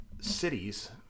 Cities